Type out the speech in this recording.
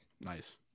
Nice